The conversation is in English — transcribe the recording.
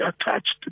attached